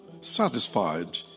satisfied